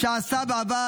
-- שבסדרת כתבות שעשה בעבר,